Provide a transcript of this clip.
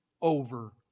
over